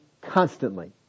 constantly